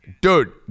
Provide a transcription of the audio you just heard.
Dude